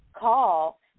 call